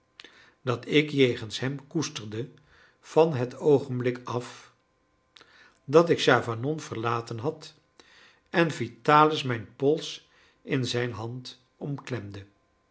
dat ik jegens hem koesterde van het oogenblik af dat ik chavanon verlaten had en vitalis mijn pols in zijn hand omklemde